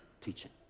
teaching